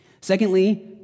Secondly